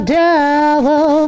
devil